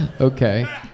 Okay